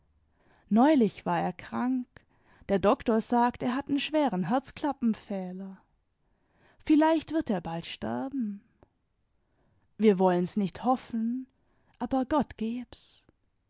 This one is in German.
neulich w r er krank der doktor sagt er hat n schweren herzklappenfehler vielleicht wird er bald sterben wir wouens nicht hoffen aber gott geb's